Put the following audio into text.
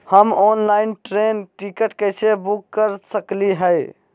हम online train ticket कैसे book कर सकली हई?